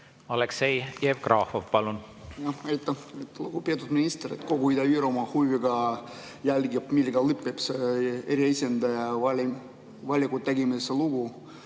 Aleksei Jevgrafov, palun!